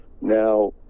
Now